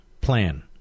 plan